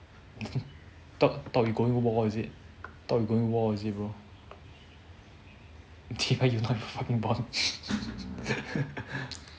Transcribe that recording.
thought thought we going for war is it thought we going war is it bro chibai you fucking dumb